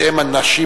שהם אנשים